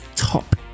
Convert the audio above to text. Top